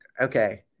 okay